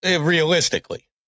Realistically